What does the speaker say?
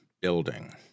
building